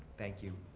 thank you,